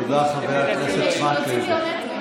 תודה, חבר הכנסת מקלב.